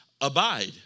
abide